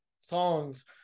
songs